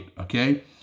okay